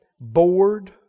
bored